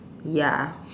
ya